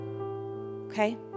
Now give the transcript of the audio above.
Okay